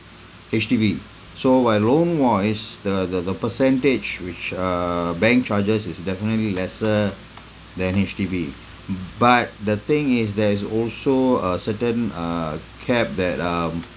H_D_B so by loan wise the the the percentage which uh bank charges is definitely lesser than H_D_B but the thing is there is also a certain err cap that um